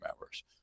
members